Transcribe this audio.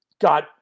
got